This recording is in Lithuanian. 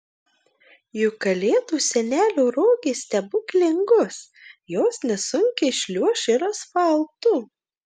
juk kalėdų senelio rogės stebuklingos jos nesunkiai šliuoš ir asfaltu